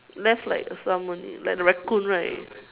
left like some only like the Raccoon right